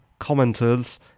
commenters